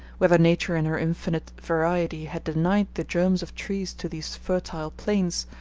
whether nature in her infinite variety had denied the germs of trees to these fertile plains,